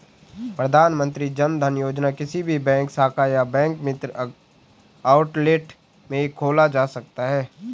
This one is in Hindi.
प्रधानमंत्री जनधन योजना किसी भी बैंक शाखा या बैंक मित्र आउटलेट में खोला जा सकता है